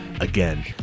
Again